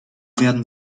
werden